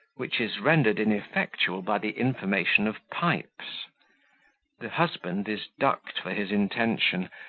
which is rendered ineffectual by the information of pipes the husband is ducked for his intention,